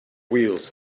wheels